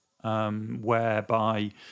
whereby